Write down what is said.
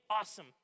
awesome